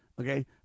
okay